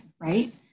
right